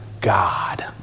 God